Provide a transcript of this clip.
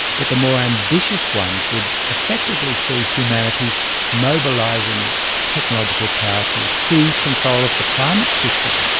but the more ambitious ones would effectively see humanity mobilising its technological power to seize control of the climate system,